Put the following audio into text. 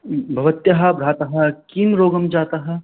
भवत्याः भ्रातुः कः रोगः जातः